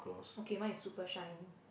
okay mine is super shine